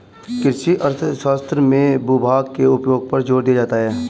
कृषि अर्थशास्त्र में भूभाग के उपयोग पर जोर दिया जाता है